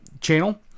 channel